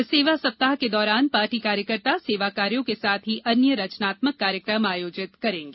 इस सेवा सप्ताह के दौरान पार्टी कार्यकर्ता सेवा कार्यो के साथ ही अन्य रचनात्मक कार्यक्रम आयोजित कर रहे हैं